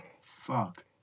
Fuck